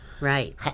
Right